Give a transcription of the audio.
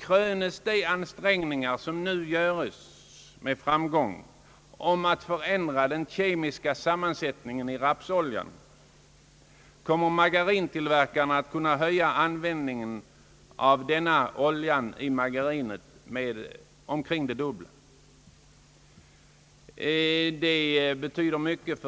Krönes de ansträngningar med framgång som nu görs att förändra den kemiska sammansättningen av rapsoljan, kommer margarintillverkarna att kunna öka användningen av denna olja i margarin till omkring det dubbla. Det betyder mycket